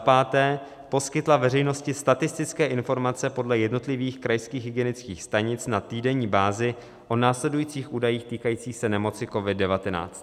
5. poskytla veřejnosti statistické informace podle jednotlivých krajských hygienických stanic na týdenní bázi o následujících údajích týkajících se nemoci COVID19: